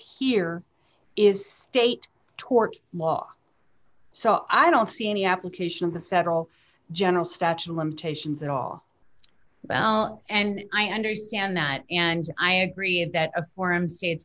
here is state tort law so i don't see any application of the federal general statute of limitations at all and i understand that and i agree that a forum state